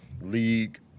league